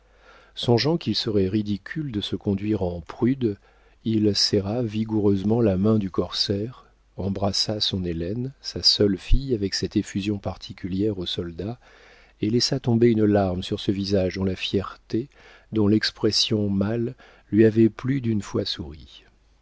songeant qu'il serait ridicule de se conduire en prude il serra vigoureusement la main du corsaire embrassa son hélène sa seule fille avec cette effusion particulière aux soldats et laissa tomber une larme sur ce visage dont la fierté dont l'expression mâle lui avaient plus d'une fois souri